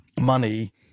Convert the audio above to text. money